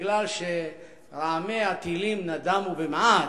מפני שרעמי הטילים נדמו במעט,